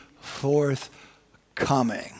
forthcoming